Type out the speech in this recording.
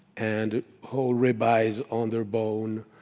and whole rib-eyes on their bone,